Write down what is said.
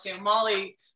Molly